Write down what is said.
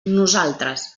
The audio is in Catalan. nosaltres